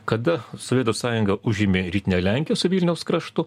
kada sovietų sąjunga užėmė rytinę lenkiją su vilniaus kraštu